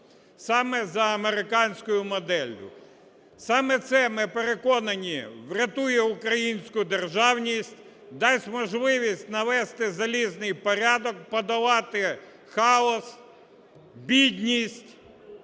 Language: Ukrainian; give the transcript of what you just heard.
Саме за американською моделлю. Саме це, ми переконані, врятує українську державність, дасть можливість навести залізний порядок, подолати хаос, бідність